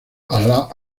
allah